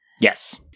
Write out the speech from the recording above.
Yes